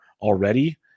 already